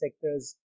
sector's